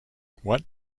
what